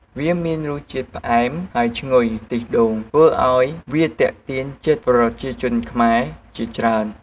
វាមានរសជាតិផ្អែម ហើយឈ្ងុយខ្ទិះដូង ធ្វើឱ្យវាទាក់ទាញចិត្តប្រជាជនខ្មែរជាច្រើន។